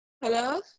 Hello